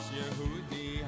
Yehudi